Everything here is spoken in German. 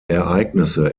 ereignisse